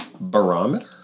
Barometer